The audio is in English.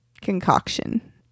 concoction